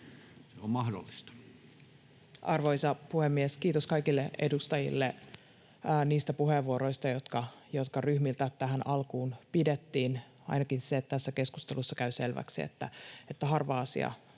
se on mahdollista. Arvoisa puhemies! Kiitos kaikille edustajille niistä puheenvuoroista, jotka ryhmiltä tähän alkuun pidettiin. Ainakin se tässä keskustelussa käy selväksi, että harva asia